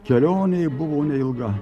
kelionė buvo neilga